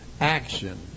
action